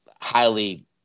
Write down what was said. highly